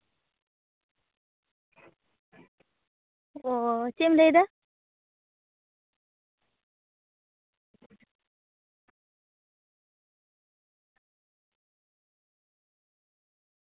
ᱚᱸᱻ ᱪᱮᱫ ᱮᱢ ᱞᱟᱹᱭᱫᱟ